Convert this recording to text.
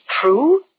true